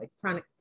chronic